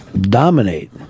Dominate